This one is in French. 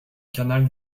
canal